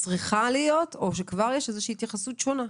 או שכבר יש איזושהי התייחסות שונה.